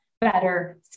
better